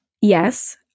yes